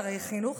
שרי חינוך,